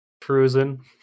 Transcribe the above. cruising